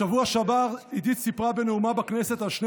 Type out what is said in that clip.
בשבוע שעבר עידית סיפרה בנאומה בכנסת על שני